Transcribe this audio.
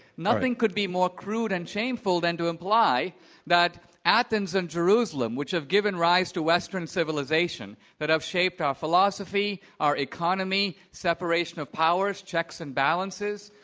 nothing could be more crude and shameful than to imply that athens and jerusalem which have given rise to western civilization, that have shaped our philosophy, our economy, separation separation of powers, checks, and balances,